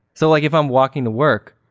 so like if i'm walking to work,